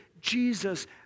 Jesus